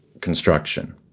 construction